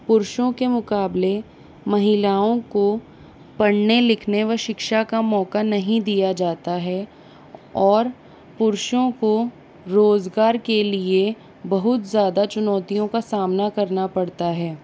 पुरुषों के मुकाबले महिलाओं को पढ़ने लिखने व शिक्षा का मौका नहीं दिया जाता है और पुरुषों को रोजगार के लिए बहुत ज़्यादा चुनौतिओं का सामना करना पड़ता है